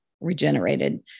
regenerated